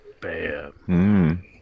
Bam